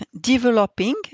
developing